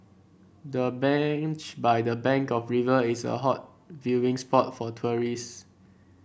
the bench by the bank of river is a hot viewing spot for tourists